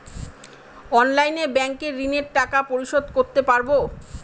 অনলাইনে ব্যাংকের ঋণের টাকা পরিশোধ করতে পারবো?